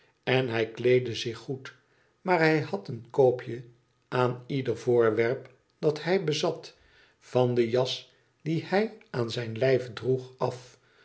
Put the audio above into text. en hij kleedde zich goed maar hij had een koopje aan ieder voorwerp dat hij bezat van de jas die hij aan zijn lijf droeg af